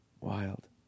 Wild